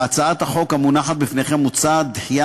בהצעת החוק המונחת בפניכם מוצעת דחייה